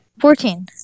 fourteen